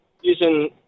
using